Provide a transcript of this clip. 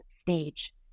stage